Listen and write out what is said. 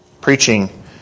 preaching